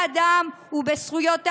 זו כמעט פגיעה נוספת בכבוד האדם ובזכויות האדם.